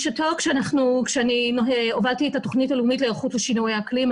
בשעתו כשאני הובלתי את התוכנית הלאומית להיערכות לשינויי אקלים,